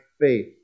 faith